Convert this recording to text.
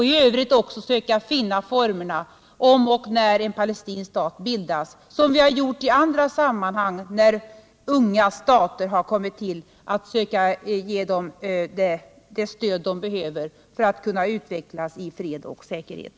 I övrigt kommer vi att söka finna formerna, om och när en palestinsk stat bildas, för att på samma sätt som i andra sammanhang, då unga stater kommit till, söka ge det stöd som behövs för en utveckling i fred och säkerhet.